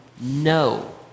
no